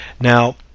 Now